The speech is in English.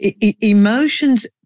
emotions